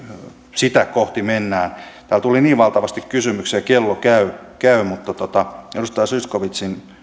sitä kohti mennään täällä tuli niin valtavasti kysymyksiä ja kello käy käy mutta puutun edustaja zyskowiczin